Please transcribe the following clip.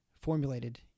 formulated